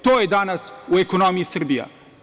To je danas u ekonomiji Srbija.